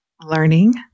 learning